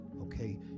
Okay